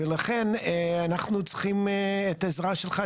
ולכן אנחנו צריכים את העזרה שלך,